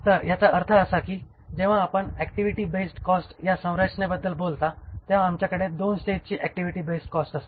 तर याचा अर्थ असा की जेव्हा आपण ऍक्टिव्हिटी बेस्ड कॉस्ट या संरचनेबद्दल बोलता तेव्हा आमच्याकडे 2 स्टेजची ऍक्टिव्हिटी बेस्ड कॉस्ट असते